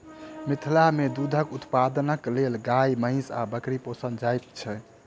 मिथिला मे दूधक उत्पादनक लेल गाय, महीँस आ बकरी पोसल जाइत छै